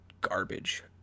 garbage